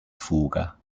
fuga